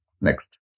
Next